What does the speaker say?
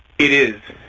it is,